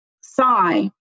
sigh